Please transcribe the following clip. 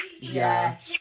Yes